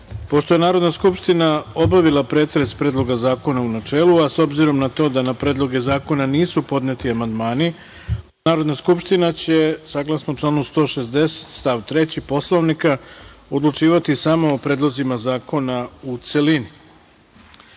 reda. Pošto je Narodna skupština obavila pretres predloga zakona u načelu, a obzirom na to da na predloge zakona nisu podneti amandmani, Narodna skupština će saglasno članu 160. stav 3. Poslovnika odlučivati samo o predlozima zakona u celini. Dame